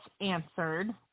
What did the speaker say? answered